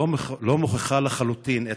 לחלוטין לא מוכיחה את עצמה.